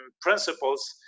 principles